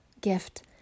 gift